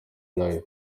live